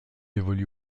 évolue